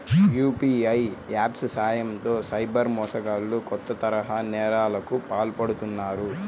UPI apps సాయంతో cyber మోసగాళ్లు కొత్త తరహా నేరాలకు పాల్పడుతున్నారు